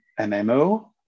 MMO